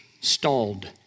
stalled